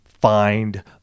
find